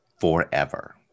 forever